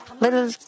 little